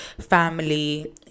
family